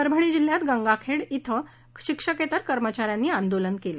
परभणी जिल्ह्यात गंगाखेड बं शिक्षकेतर कर्मचा यांनी आंदोलन केलं